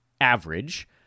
average